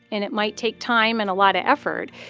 and it might take time and a lot of effort,